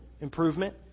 improvement